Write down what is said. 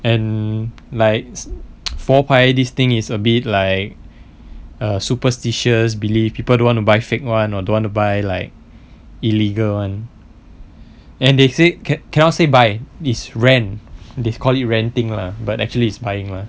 and like phor pae this thing is a bit like a superstitious believes people don't want to buy fake [one] or don't want to buy like illegal [one] and they say can cannot say buy is rent they call it renting lah but actually is buying lah